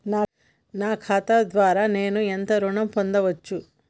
నా ఖాతా ద్వారా నేను ఎంత ఋణం పొందచ్చు?